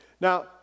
Now